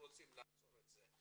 ולעצור את זה.